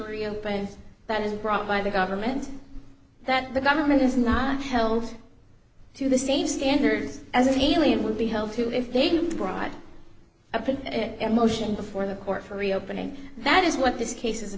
reopen that is brought by the government that the government is not held to the same standards as an alien would be held to if they brought upon a motion before the court for reopening that is what this case